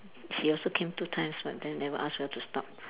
she also came two times but then never ask where to stop